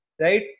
right